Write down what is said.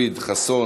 רויטל סויד,